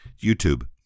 YouTube